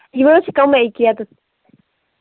یہِ حظ چھُ کَمٕےاِکہِ یوٚتتھ